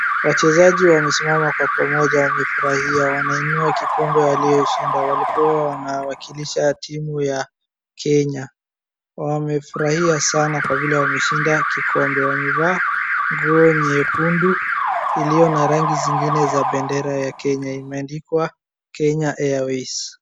Wachezaji wamesimama kwa pamoja wamefurahia, wanainua kikombe walioishinda walikua wanawakilisha timu ya kenya. Wamefurahia sana kwa vile wameshinda kikombe. Wamevaa nguo nyekundu iliyo na rangi zingine za bendera ya Kenya, imeandikwa Kenya Airways.